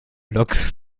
loks